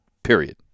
period